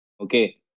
Okay